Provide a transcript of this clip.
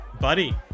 Buddy